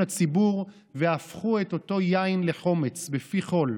הציבור והפכו את אותו יין לחומץ בפי כול.